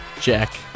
Jack